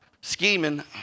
Scheming